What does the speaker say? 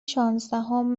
شانزدهم